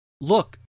look